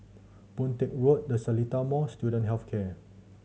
Boon Teck Road The Seletar Mall Student Health Care